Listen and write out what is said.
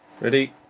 Ready